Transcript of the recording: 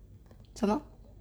什么